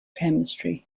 chemistry